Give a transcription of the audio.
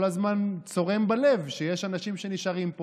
אנשים לא באים להיבדק,